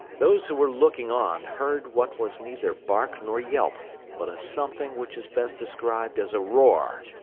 those who were looking on heard what was neither bark nor yelp, but a something which is best described as a roar,